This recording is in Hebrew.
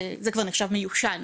זה כבר נחשב מיושן.